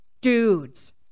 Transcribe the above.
dudes